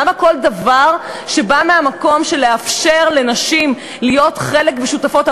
למה כל דבר שבא לאפשר לנשים להיות חלק ושותפות,